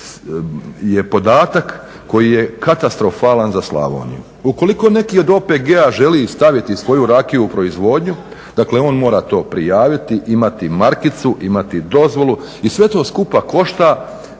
je podatak koji je katastrofalan za Slavoniju. Ukoliko neki od OPG-a želi staviti svoju rakiju u proizvodnju, dakle on mora to prijaviti, imati markicu, imati dozvolu i sve to skupa košta,